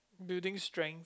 building strength